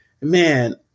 man